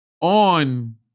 on